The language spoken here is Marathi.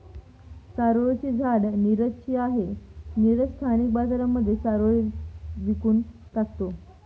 चारोळी चे झाड नीरज ची आहे, नीरज स्थानिक बाजारांमध्ये चारोळी विकून टाकतो